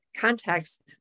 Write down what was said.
context